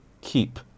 keep